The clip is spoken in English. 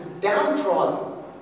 downtrodden